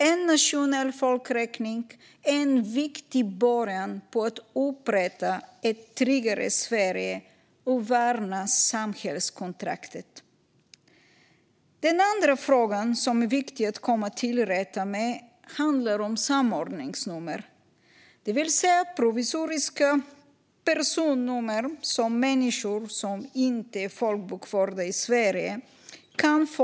En nationell folkräkning är en viktig början på att upprätta ett tryggare Sverige och att värna samhällskontraktet. Den andra frågan som är viktig att komma till rätta med handlar om samordningsnummer, det vill säga provisoriska personnummer som människor som inte är folkbokförda i Sverige kan få.